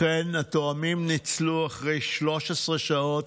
אכן התאומים ניצלו אחרי 13 שעות